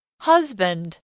Husband